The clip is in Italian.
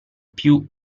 più